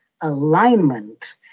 alignment